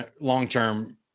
long-term